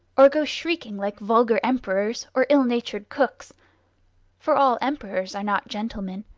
or go shrieking like vulgar emperors, or ill-natured cooks for all emperors are not gentlemen,